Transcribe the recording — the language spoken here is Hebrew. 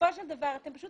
בסופו של דבר אתם פשוט